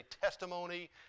testimony